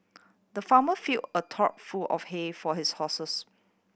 the farmer filled a trough full of hay for his horses